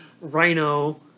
Rhino